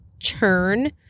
churn